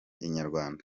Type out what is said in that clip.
inyarwanda